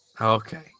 Okay